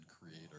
creator